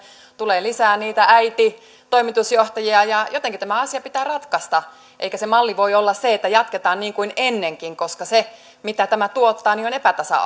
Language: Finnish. tulee lisää niitä äiti toimitusjohtajia ja jotenkin tämä asia pitää ratkaista eikä se malli voi olla se että jatketaan niin kuin ennenkin koska se mitä tämä tuottaa on epätasa